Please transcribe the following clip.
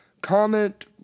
comment